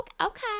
okay